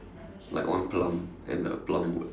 like one plum and the plum word